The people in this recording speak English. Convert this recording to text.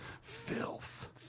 Filth